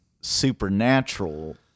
supernatural